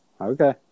Okay